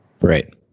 Right